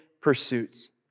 pursuits